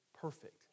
perfect